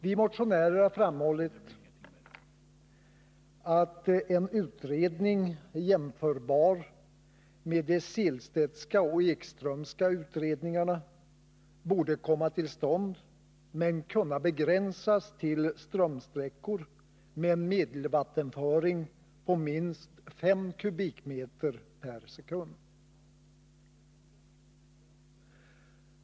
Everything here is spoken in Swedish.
Vi motionärer har framhållit att en utredning jämförbar med de Sehlstedtska och Ekströmska utredningarna borde komma till stånd men kunna begränsas till strömsträckor med en medelvattenföring på minst 5 kubikmeter per sekund.